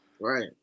Right